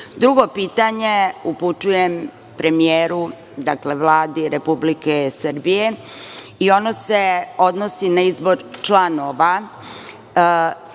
mestu. Drugo pitanje upućujem premijeru, dakle Vladi Republike Srbije i ono se odnosi na izbor članova